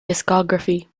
discography